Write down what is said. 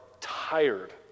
tired